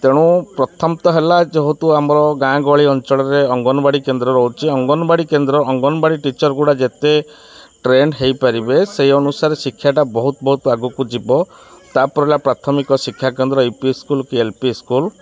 ତେଣୁ ପ୍ରଥମତଃ ହେଲା ଯେହେତୁ ଆମର ଗାଁ ଗହଳି ଅଞ୍ଚଳରେ ଅଙ୍ଗନବାଡ଼ି କେନ୍ଦ୍ର ରହୁଛି ଅଙ୍ଗନବାଡ଼ି କେନ୍ଦ୍ର ଅଙ୍ଗନବାଡ଼ି ଟିଚର୍ ଗୁଡ଼ା ଯେତେ ଟ୍ରେଣ୍ଡ ହେଇପାରିବେ ସେଇ ଅନୁସାରେ ଶିକ୍ଷାଟା ବହୁତ ବହୁତ ଆଗକୁ ଯିବ ତା'ପରେ ହେଲା ପ୍ରାଥମିକ ଶିକ୍ଷାକେନ୍ଦ୍ର ୟୁ ପି ସ୍କୁଲ୍ କି ଏଲ୍ ପି ସ୍କୁଲ୍